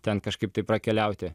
ten kažkaip tai prakeliauti